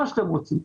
מה שאתם רוצים.